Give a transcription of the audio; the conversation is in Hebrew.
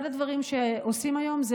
אחד הדברים שעושים היום הוא,